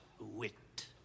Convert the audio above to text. wit